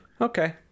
Okay